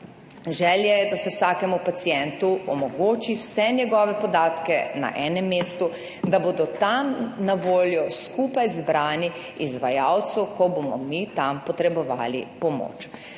Želja je, da se vsakemu pacientu omogoči vse njegove podatke na enem mestu, da bodo tam na voljo skupaj zbrani izvajalcu, ko bomo mi tam potrebovali pomoč.